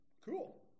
Cool